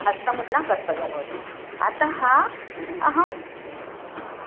हस्तमुद्रा कर्तव्या भवति अतः अहम्